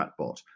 chatbot